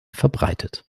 verbreitet